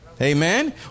Amen